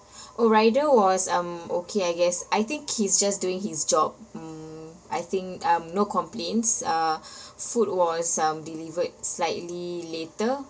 oh rider was um okay I guess I think he's just doing his job mm I think um no complaints uh food was um delivered slightly later